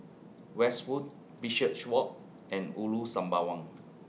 Westwood Bishopswalk and Ulu Sembawang